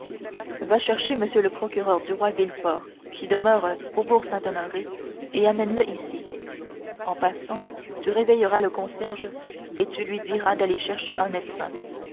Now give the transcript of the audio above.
va chercher m le procureur du roi villefort qui demeure faubourg saint-honoré et amène le ici en passant tu réveilleras le concierge et tu lui diras d'aller chercher un médecin